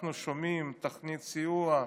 אנחנו שומעים, תוכנית סיוע,